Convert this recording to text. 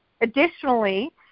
Additionally